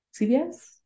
CBS